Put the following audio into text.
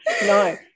No